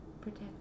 protect